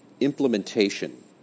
implementation